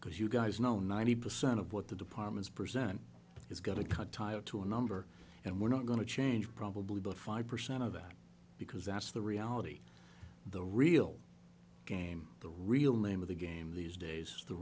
because you guys know ninety percent of what the departments present is going to cut to a number and we're not going to change probably but five percent of that because that's the reality the real game the real name of the game these days the